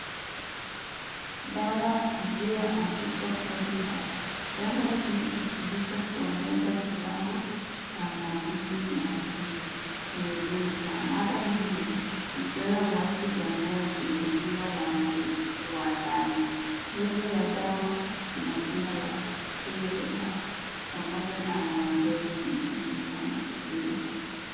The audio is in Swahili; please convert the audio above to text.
Dawa iliyoandikwa Ferolax. Dawa hii hutumika kuongeza kiwango cha madini ya chuma mwilini na mara nyingi hupewa watu wanaosumbuliwa na upungufu wa damu. Lebo ya dawa ina jina la (cs)Ferolax(cs) pamoja na maelezo mengine kama kipimo.